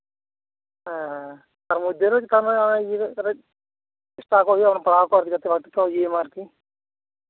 ᱦᱮᱸ ᱦᱮᱸ ᱛᱟᱨ ᱢᱚᱫᱫᱷᱽᱮ ᱨᱮ ᱚᱱᱮ ᱡᱤᱞᱟᱹᱛ ᱠᱟᱜ ᱢᱮ ᱚᱱᱟ ᱤᱭᱟᱹ ᱠᱟᱛᱮ ᱪᱮᱥᱴᱟ ᱟᱠᱚ ᱦᱩᱭᱩᱜᱼᱟ ᱯᱟᱲᱦᱟᱣ ᱠᱚ ᱤᱫᱤ ᱠᱟᱛᱮᱫ ᱵᱷᱟᱹᱜᱤ ᱴᱷᱤᱠ ᱠᱚ ᱤᱭᱟᱹᱭ ᱢᱟ ᱟᱨᱠᱤ